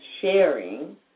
sharing